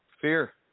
Fear